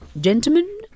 gentlemen